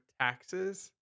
taxes